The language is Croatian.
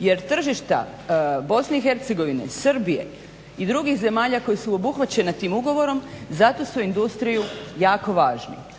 jer tržišta BIH, Srbije i drugih zemalja koje su obuhvate tim ugovorom za tu su industriju jako važni,